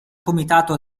comitato